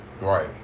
Right